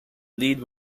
lead